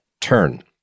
turn